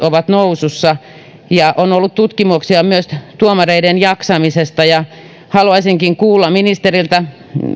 ovat nousussa ja on myös ollut tutkimuksia tuomareiden jaksamisesta haluaisinkin kuulla ministeriltä